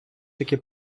таки